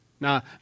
Now